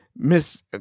Miss